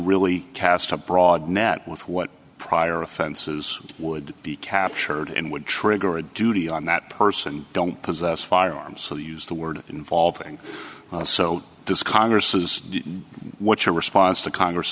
really cast a broad net with what prior offenses would be captured and would trigger a duty on that person don't possess firearms so they use the word involving so this congress is what your response to congress